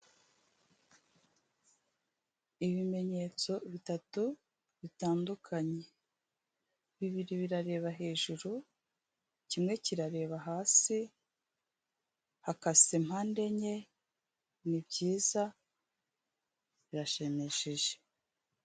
Ibimenyetso bitatu bitandukanye, bibiri birareba hejuru, kimwe kirareba hasi hakase mpande enye ni byiza birashimishije.